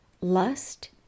lust